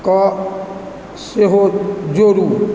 कऽ सेहो जोडू